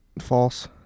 false